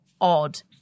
odd